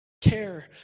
Care